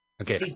Okay